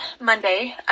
Monday